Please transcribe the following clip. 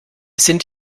sind